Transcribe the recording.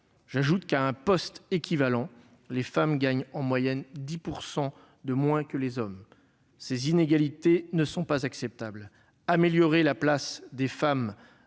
J'ajoute que, à poste équivalent, les femmes gagnent en moyenne 10 % de moins que les hommes. Ces inégalités ne sont pas acceptables. Améliorer la place des femmes